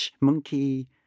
monkey